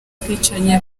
bwicanyi